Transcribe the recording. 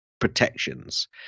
protections